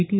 T